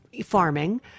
farming